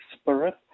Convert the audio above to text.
spirit